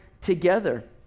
together